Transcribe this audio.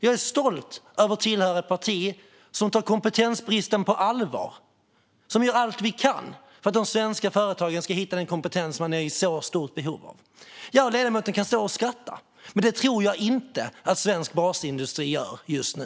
Jag är stolt över att tillhöra ett parti som tar kompetensbristen på allvar och som gör allt det kan för att de svenska företagen ska hitta den kompetens de är i så stort behov av. Ledamoten kan stå här och skratta, men det tror jag inte att svensk basindustri gör just nu.